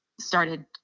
started